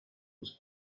was